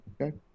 Okay